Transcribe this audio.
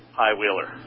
high-wheeler